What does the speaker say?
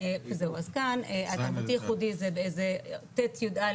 כאן הייחודי ט - יא,